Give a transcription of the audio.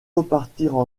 repartirent